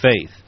faith